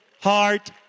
heart